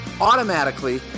automatically